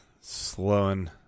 slowing